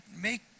make